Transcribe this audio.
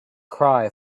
cry